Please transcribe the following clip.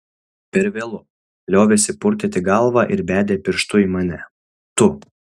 per vėlu liovėsi purtyti galvą ir bedė pirštu į mane tu